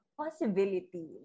possibility